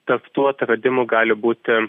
tarp tų atradimų gali būti